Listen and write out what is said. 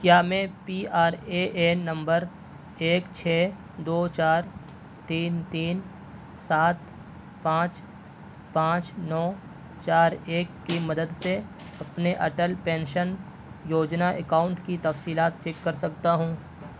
کیا میں P R A N number ایک چھ دو چار تین تین سات پانچ پانچ نو چار ایک کی مدد سے اپنے اٹل پینشن یوجنا اکاؤنٹ کی تفصیلات چیک کر سکتا ہوں